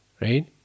Right